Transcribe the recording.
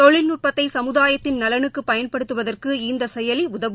தொழில்நுட்பத்தைசமுதாயத்தின் நலனுக்குபயன்படுத்துவதற்கு இந்தசெயலிஉதவும்